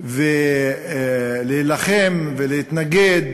להילחם ולהתנגד,